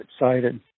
excited